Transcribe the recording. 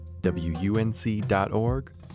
wunc.org